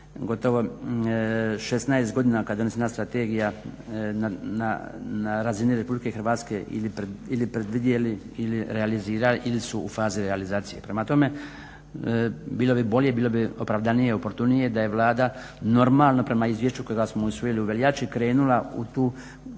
gotovo 16 godina kada je donesena Strategija na razini Republike Hrvatske ili predvidjeli ili realizirali ili su u fazi realizacije. Prema tome, bilo bi bolje, bilo bi opravdanije, oportunije da je Vlada normalno prema izvješću kojega smo usvojili u veljači krenula u tu,